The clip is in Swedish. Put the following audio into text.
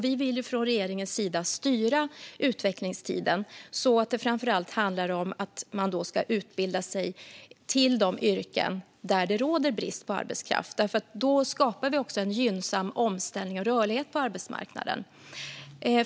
Vi vill från regeringens sida styra utvecklingstiden så att man framför allt ska utbilda sig till de yrken där det råder brist på arbetskraft, för då skapar det också en gynnsam omställning och rörlighet på arbetsmarknaden.